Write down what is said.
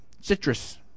citrus